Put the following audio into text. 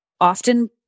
often